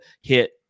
hit